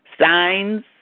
Signs